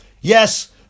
yes